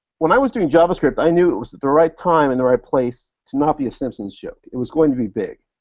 when i was doing javascript, i knew it was the right time and the right place to not be a simpsons joke. it was going to be big.